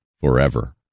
forever